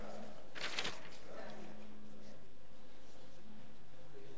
ההצעה להעביר את